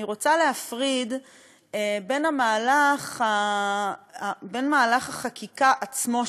אני רוצה להפריד בין מהלך החקיקה עצמו,